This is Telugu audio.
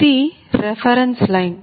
ఇది రెఫెరెన్స్ లైన్